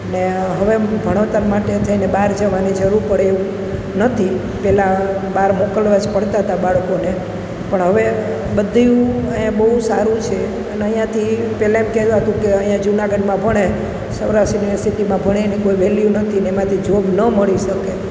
ને હવે ભણતર માટે થઈને બાર જવાની જરૂર પડે એવું નથી પહેલાં બહાર મોકલવા જ પડતા હતા બાળકોને પણ હવે બધું અહીંયાં બહુ સારું છે અને અહીંયાંથી પહેલા એમ કહેવાતું કે અહીંયાં જુનાગઢમાં ભણે સૌરાષ્ટ યુનિવર્સિટિમાં ભણે એની કોઈ વેલ્યુ નથી ને એમાંથી જોબ ન મળી શકે